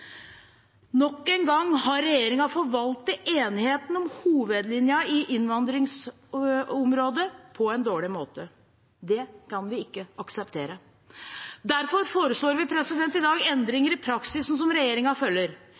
Nok en gang har regjeringen forvaltet enigheten om hovedlinjen i innvandringsområdet på en dårlig måte. Det kan vi ikke akseptere. Derfor foreslår vi i dag endringer i praksisen som regjeringen følger.